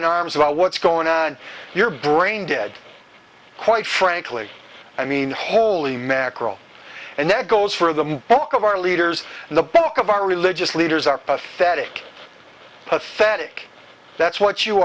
in arms about what's going on your brain dead quite frankly i mean holy mackerel and that goes for the bulk of our leaders and the bulk of our religious leaders are pathetic pathetic that's what you